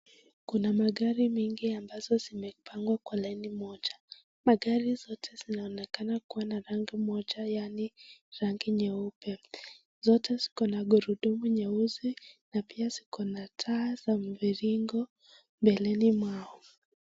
Kuna magari mengi ambazo zimepangwa kwa laini moja. Magari zote zinaonekana kuwa na rangi moja yaani rangi nyeupe. Zote ziko na gurudumu nyeusi na pia ziko na taa za mviringo mbeleni mwao.